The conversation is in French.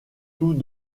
tout